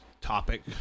topic